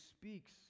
speaks